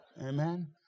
Amen